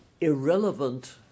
irrelevant